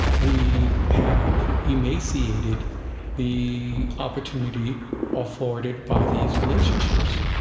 we have emaciated the opportunity afforded by these relationships